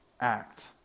act